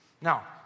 Now